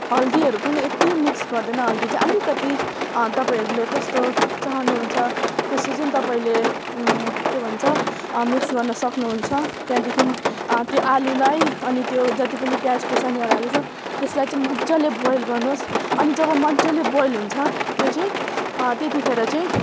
हल्दीहरू पनि यति मिक्स गर्दैन हल्दी चाहि अलिकति तपाईँहरूले कस्तो चाहनुहुन्छ त्यस्तो चाहिँ चाहिँ तपाईंले के भन्छ मिक्स गर्न सक्नु हुन्छ त्यहाँदिखन त्यो आलुलाई अनि त्यो जत्ति पनि प्याज खोर्सानीहरू हालेको छ त्यसलाई चाहिँ मज्जाले बोइल गर्नुहोस् अनि जब मज्जाले बोइल हुन्छ त्यो चाहिँ त्यति फेर चाहिँ